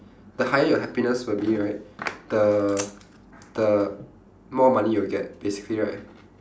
the higher your happiness will be right the the more money you will get basically right